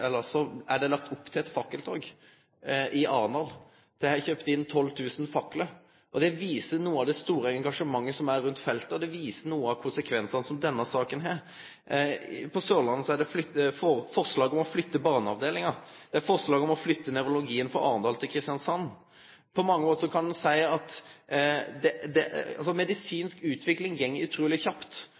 er kjøpt inn 12 000 faklar. Det viser noko av det store engasjementet som er på feltet, og det viser nokre av konsekvensane som denne saka har. På Sørlandet er det forslag om å flytte barneavdelinga, det er forslag om å flytte nevrologien frå Arendal til Kristiansand. Medisinsk utvikling går utruleg kjapt, og for å følgje med, for å få det beste tilbodet, må ein heile tida også sjå på endringar, sjå om det